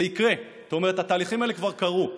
זה יקרה, זאת אומרת, התהליכים האלה כבר קרו.